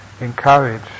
encourage